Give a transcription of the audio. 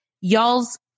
y'all's